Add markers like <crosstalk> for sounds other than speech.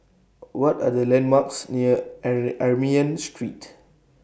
What Are The landmarks near <unintelligible> Armenian Street